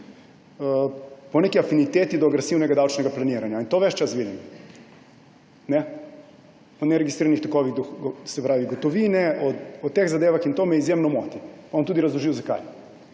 po neki afiniteti do agresivnega davčnega planiranja. To ves čas vidim. Po neregistriranih tokovih gotovine o teh zadevah. In to me izjemno moti. Pa bom tudi razložil, zakaj.